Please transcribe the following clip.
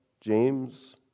James